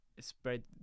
spread